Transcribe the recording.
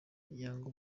yanga